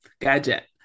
gadget